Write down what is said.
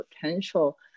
potential